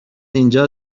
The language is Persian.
اینجا